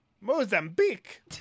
Mozambique